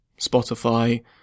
Spotify